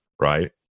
right